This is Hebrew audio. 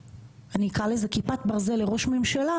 אני אקרא לזה כך כיפת ברזל לראש ממשלה